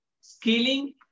scaling